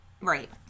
Right